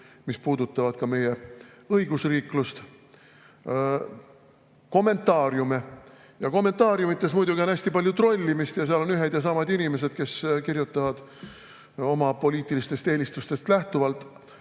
mis puudutavad ka meie õigusriiklust, kommentaariume. Kommentaariumides muidugi on hästi palju trollimist, seal on ühed ja samad inimesed, kes kirjutavad oma poliitilistest eelistustest lähtuvalt.